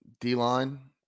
D-line